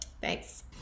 Thanks